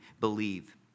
believe